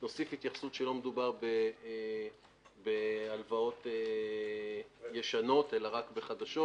נוסיף התייחסות שלא מדובר בהלוואות ישנות אלא רק בחדשות.